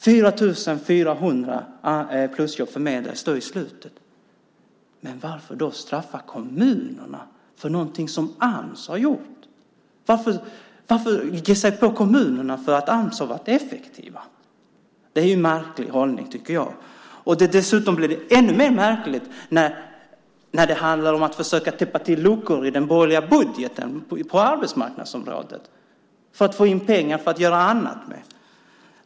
4 400 plusjobb förmedlades i slutet. Men varför straffa kommunerna för någonting som Ams har gjort? Varför ge sig på kommunerna för att Ams har varit effektivt? Det är en märklig hållning, tycker jag. Dessutom blir det ännu mer märkligt när det handlar om att försöka täppa till luckor i den borgerliga budgeten på arbetsmarknadsområdet, för att få in pengar att göra annat med.